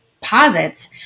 posits